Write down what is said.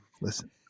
listen